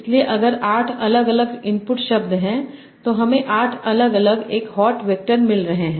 इसलिए अगर 8 अलग अलग इनपुट शब्द हैं तो हमें 8 अलग अलग एक हॉट वैक्टर मिल रहे हैं